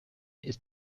ist